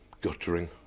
guttering